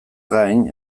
gain